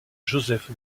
joseph